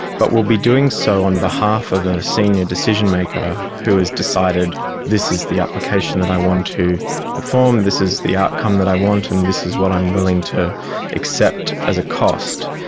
but will be doing so on behalf of a senior decision-maker who has decided this is the application that i want to perform, this is the outcome that i want and this is what i am willing to accept as a cost.